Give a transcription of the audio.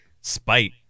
spite